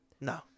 No